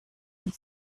und